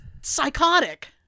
psychotic